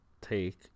Take